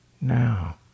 now